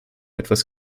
etwas